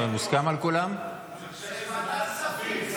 ועדת כספים.